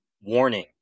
Warning